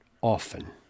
Often